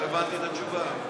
לא הבנתי את התשובה.